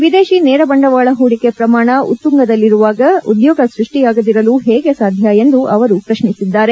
ವಿದೇಶಿ ನೇರಬಂಡವಾಳ ಹೂಡಿಕೆ ಪ್ರಮಾಣ ಉತ್ತುಂಗದಲ್ಲಿರುವಾಗ ಉದ್ಲೋಗ ಸೃಷ್ಷಿಯಾಗದಿರಲು ಹೇಗೆ ಸಾಧ್ಯ ಎಂದು ಅವರು ಪ್ರಶ್ನಿಸಿದ್ದಾರೆ